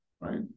right